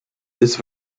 this